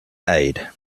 aid